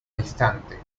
distante